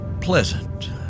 pleasant